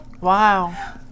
Wow